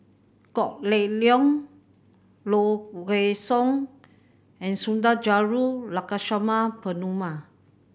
Kok Heng Leun Low Way Song and Sundarajulu Lakshmana Perumal